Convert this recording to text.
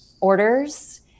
orders